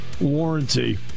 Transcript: warranty